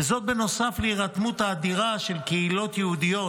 נוסף להירתמות האדירה של קהילות יהודיות